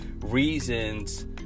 reasons